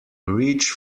rich